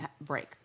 break